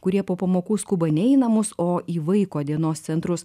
kurie po pamokų skuba ne į namus o į vaiko dienos centrus